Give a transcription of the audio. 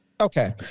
Okay